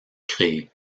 créés